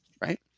right